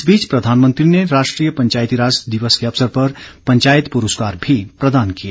इस बीच प्रधानमंत्री ने राष्ट्रीय पंचायती राज दिवस के अवसर पर पंचायत पुरस्कार भी प्रदान किए